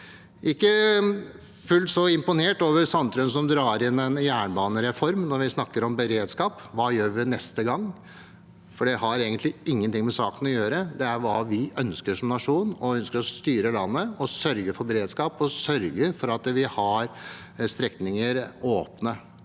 ikke så imponert over Sandtrøen, som drar inn en jernbanereform når vi snakker om beredskap og hva vi skal gjøre neste gang. Det har egentlig ingenting med saken å gjøre. Det handler om hva vi ønsker som nasjon, hvordan vi ønsker å styre landet, sørge for beredskap og sørge for at vi har strekninger åpne.